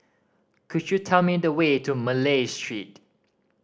could you tell me the way to Malay Street